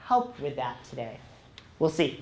help with that today we'll see